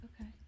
Okay